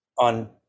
on